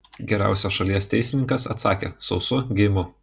geriausias šalies tenisininkas atsakė sausu geimu